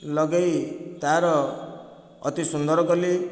ଲଗେଇ ତାର ଅତି ସୁନ୍ଦର କଲି